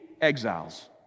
exiles